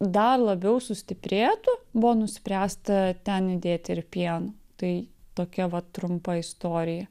dar labiau sustiprėtų buvo nuspręsta ten įdėti ir pieno tai tokia vat trumpa istorija